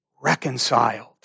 Reconciled